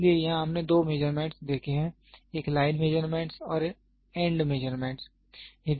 इसलिए यहां हमने दो मेजरमेंट्स देखे हैं एक लाइन मेजरमेंट्स और एंड मेजरमेंट्स है